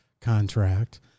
contract